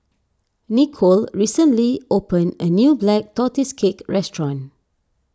Nikole recently opened a new Black Tortoise Cake Restaurant